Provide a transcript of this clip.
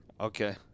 okay